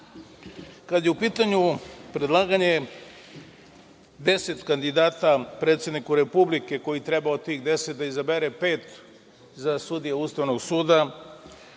je u pitanju predlaganje 10 kandidata predsedniku Republike, koji treba od tih 10 da izabere pet za sudije Ustavnog suda,